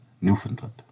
Newfoundland